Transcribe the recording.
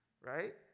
right